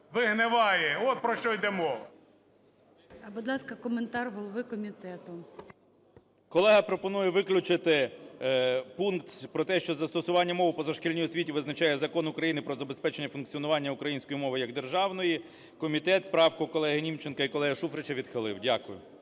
вигниває. От про що йде